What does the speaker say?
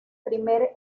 primer